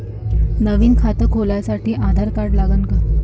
नवीन खात खोलासाठी आधार कार्ड लागन का?